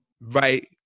right